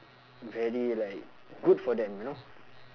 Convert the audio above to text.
very like good for them you know